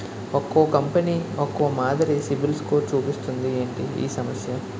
ఒక్కో కంపెనీ ఒక్కో మాదిరి సిబిల్ స్కోర్ చూపిస్తుంది ఏంటి ఈ సమస్య?